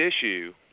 issue